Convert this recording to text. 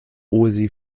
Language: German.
osi